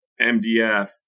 MDF